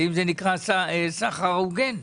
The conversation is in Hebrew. האם זה נקרא סחר הוגן?